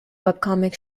webcomic